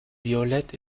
violett